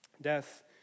Death